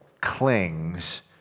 clings